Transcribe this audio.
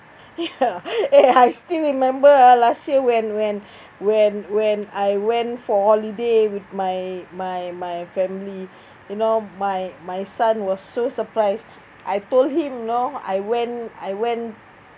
ya !hey! I still remember ah last year when when when when I went for holiday with my my my family you know my my son was so surprised I told him you know I went I went